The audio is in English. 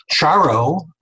Charo